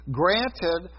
granted